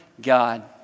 God